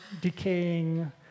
decaying